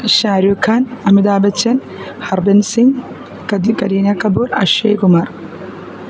Shahrukh Khan Amitabh Bachchan Harban Singh Kareena Kapoor Akshay Kumar